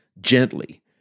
gently